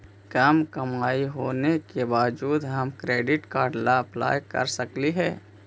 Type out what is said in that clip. कम कमाई होने के बाबजूद हम क्रेडिट कार्ड ला अप्लाई कर सकली हे?